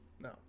No